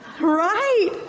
right